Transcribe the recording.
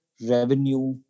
revenue